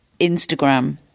Instagram